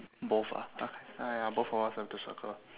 both ah ya ya ya both of us have to circle